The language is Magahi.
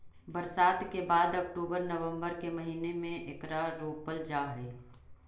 बरसात के बाद अक्टूबर नवंबर के महीने में एकरा रोपल जा हई